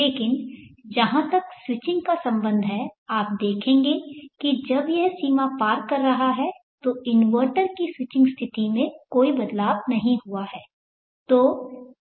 लेकिन जहां तक स्विचिंग का संबंध है आप देखेंगे कि जब यह सीमा पार कर रहा है तो इन्वर्टर की स्विचिंग स्थिति में कोई बदलाव नहीं हुआ है